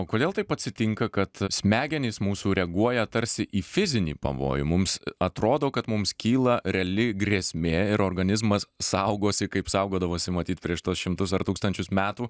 o kodėl taip atsitinka kad smegenys mūsų reaguoja tarsi į fizinį pavojų mums atrodo kad mums kyla reali grėsmė ir organizmas saugosi kaip saugodavosi matyt prieš tuos šimtus ar tūkstančius metų